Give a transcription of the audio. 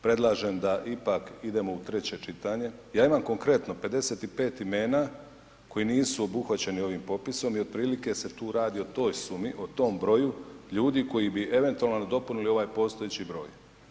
Predlažem da ipak idemo u treće čitanje, a imam konkretno 55 imena koji nisu obuhvaćeni ovim popisom i otprilike se tu radi o toj sumi o tom broju ljudi koji bi eventualno nadopunili ovaj postojeći broj.